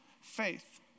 faith